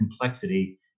complexity